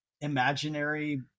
imaginary